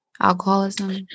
alcoholism